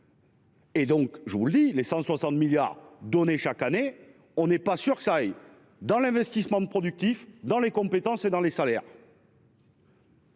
Et donc je vous le dis. Les 160 milliards donnés chaque année. On n'est pas sûr que ça aille dans l'investissement productif dans les compétences et dans les salaires.